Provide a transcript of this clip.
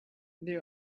they